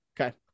Okay